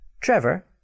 Trevor